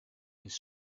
his